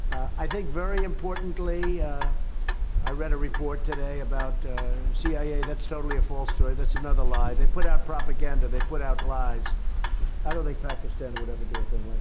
i think very importantly i read a report today about cia that's totally a false story. that's another lie. they put out propaganda. they put out lies i don't think pakistan would ever do a thing